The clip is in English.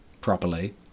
properly